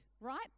right